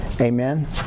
Amen